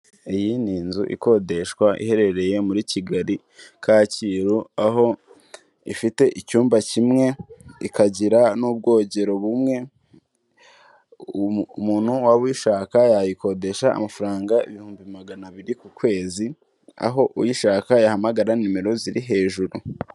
Iyi ni inzu ikodeshwa iherereye muri Kigali Kacyiru, aho ifite icyumba kimwe, ikagira n'ubwogero bumwe, umuntu waba uyishaka yayikodesha amafaranga ibihumbi magana abiri ku kwezi, aho uyishaka yahamagara nimero ziri hejuru.